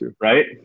Right